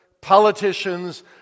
politicians